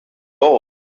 all